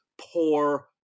poor